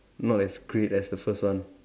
not as great as the first one